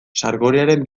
sargoriaren